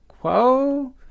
Whoa